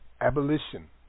Abolition